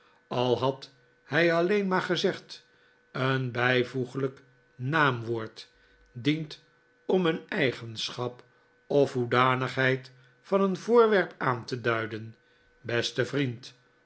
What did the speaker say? al had hij alleen maar gezegd een bijvoeglijk naamwoord dient om een eigenschap of hoedanigheid van een voorwerp aan te duiden beste vriend